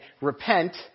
repent